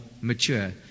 mature